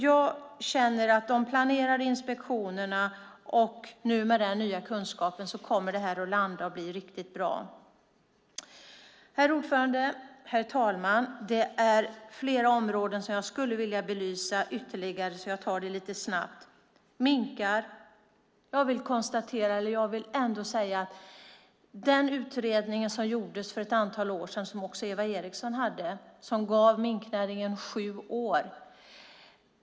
Jag känner att med de planerade inspektionerna och den nya kunskapen kommer detta att landa och bli riktigt bra. Herr talman! Det finns flera områden som jag skulle vilja belysa ytterligare, så jag tar det lite snabbt. När det gäller minkar vill jag säga något om den utredning som gjordes för ett antal år sedan av Eva Eriksson och som gav minknäringen sju år.